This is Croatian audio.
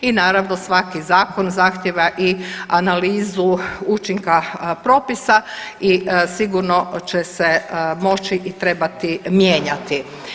I naravno svaki zakon zahtijeva i analizu učinka propisa i sigurno će se moći i trebati mijenjati.